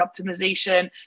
optimization